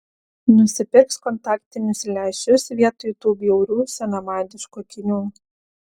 nusipirks kontaktinius lęšius vietoj tų bjaurių senamadiškų akinių